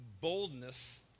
boldness